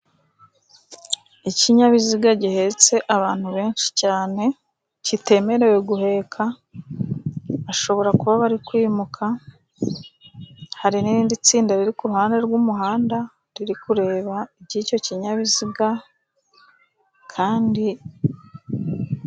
Ikinyabiziga gihetse abantu benshi cyane, kitemerewe guheka, bashobora kuba bari kwimuka, hari n'irindi tsinda riri ku ruhande rw'umuhanda, riri kureba icyo kinyabiziga kandi,..